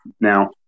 Now